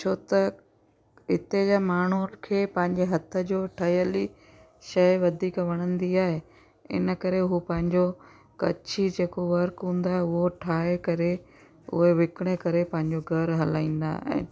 छो त हिते जा माण्हू खे पंहिंजे हथ जो ठहियल ई शइ वधीक वणंदी आहे इन करे हो पंहिजो कच्छी जेको वर्क हूंदो आहे उहो ठाहे करे उहे विकिणे करे पंहिंजो घर हलाईंदा आहिनि